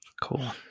Cool